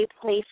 place